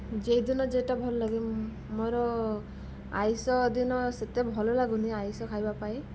ଯେଉଁ ଦିନ ଯେଉଁଟା ଭଲ ଲାଗେ ମୋର ଆଇଁଷ ଦିନ ସେତେ ଭଲ ଲାଗୁନି ଆଇଁଷ ଖାଇବା ପାଇଁ